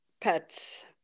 pets